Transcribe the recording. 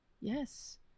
yes